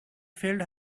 filled